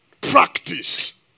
Practice